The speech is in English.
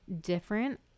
different